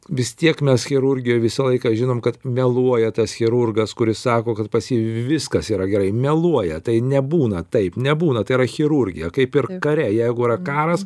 vis tiek mes chirurgijoj visą laiką žinom kad meluoja tas chirurgas kuris sako kad pas jį viskas yra gerai meluoja tai nebūna taip nebūna tai yra chirurgija kaip ir kare jeigu yra karas